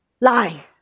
lies